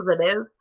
positive